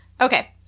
Okay